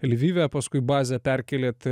lvive paskui bazę perkėlėt